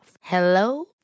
Hello